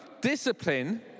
Discipline